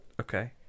okay